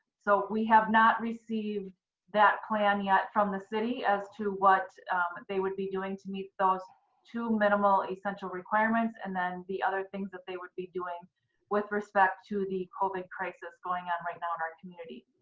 so, we have not received that plan yet from the city as to what they would be doing to meet those two minimal, essential requirements, and then the other thing they would be doing with respect to the covid crisis going on right now in our community.